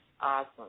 awesome